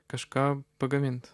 kažką pagamint